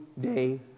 day